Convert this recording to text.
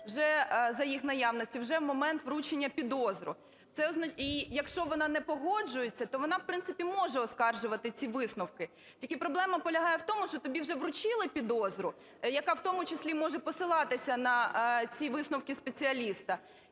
за їх наявності, вже в момент вручення підозри. І якщо вона не погоджується, то вона в принципі може оскаржувати ці висновки. Тільки проблема полягає в тому, що то тобі вже вручили підозру, яка, в тому числі, може посилатися на ці висновки спеціаліста.